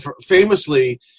famously